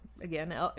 Again